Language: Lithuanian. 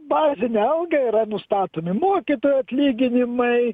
bazinė alga yra nustatomi mokytojų atlyginimai